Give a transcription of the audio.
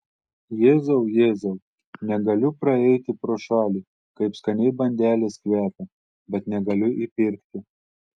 jėzau jėzau negaliu praeiti pro šalį kaip skaniai bandelės kvepia bet negaliu įpirkti